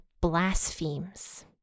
blasphemes